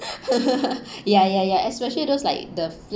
ya ya ya especially those like the